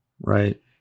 Right